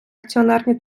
акціонерні